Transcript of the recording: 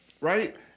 right